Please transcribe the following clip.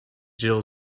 jill